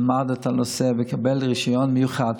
תהליך ושלמד את הנושא וקיבל רישיון מיוחד.